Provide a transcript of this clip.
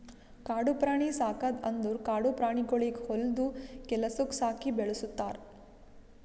ಕಾಡು ಪ್ರಾಣಿ ಸಾಕದ್ ಅಂದುರ್ ಕಾಡು ಪ್ರಾಣಿಗೊಳಿಗ್ ಹೊಲ್ದು ಕೆಲಸುಕ್ ಸಾಕಿ ಬೆಳುಸ್ತಾರ್